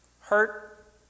hurt